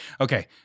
Okay